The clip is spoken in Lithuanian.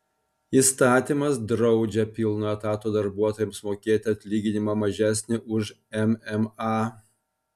įstatymas draudžia pilno etato darbuotojams mokėti atlyginimą mažesnį už mma